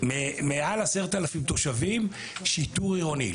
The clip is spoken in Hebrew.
שיש בה מעל ל-10,000 תושבים, שיטור עירוני.